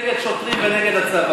כמה אפשר להסית נגד שוטרים ונגד הצבא?